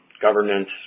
governance